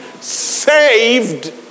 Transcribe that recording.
saved